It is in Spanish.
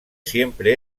siempre